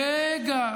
רגע.